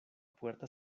puerta